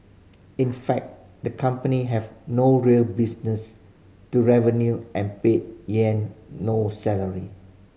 in fact the company have no real business to revenue and paid Yang no salary